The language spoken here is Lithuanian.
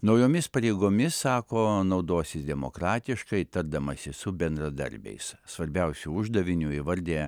naujomis pareigomis sako naudosis demokratiškai tardamasi su bendradarbiais svarbiausiu uždaviniu įvardija